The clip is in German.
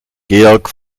georg